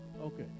Okay